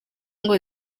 ngo